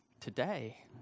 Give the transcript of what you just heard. today